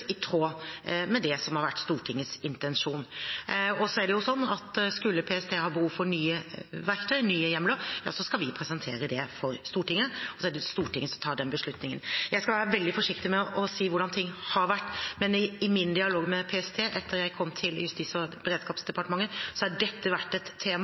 i tråd med det som har vært Stortingets intensjon. Skulle PST ha behov for nye verktøy eller nye hjemler, skal vi presentere det for Stortinget, og så er det Stortinget som tar den beslutningen. Jeg skal være veldig forsiktig med å si hvordan ting har vært, men i min dialog med PST etter at jeg kom til Justis- og beredskapsdepartementet, har dette vært et tema